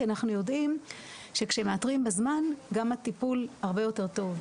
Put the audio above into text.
כי אנחנו יודעים שכשמאתרים בזמן גם הטיפול הרבה יותר טוב,